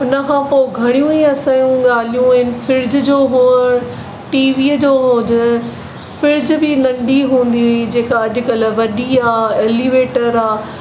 उनखां पोइ घणियूं ई असां जूं ॻाल्हियूं आहिनि फ्रिज जो हुजनि टीवीअ जो हुज फ्रिज बि नंढी हूंदी हुई जेका अॼुकल्ह वॾी आहे एलिवेटर आहे